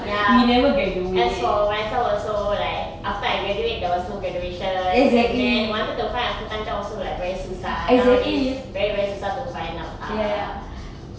ya as for myself also like after I graduate there was no graduation and then wanted to find a full time job also like very susah nowadays very very susah to find now ah